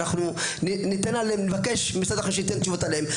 אנחנו נבקש ממשרד החינוך שייתן תשובות עליהם.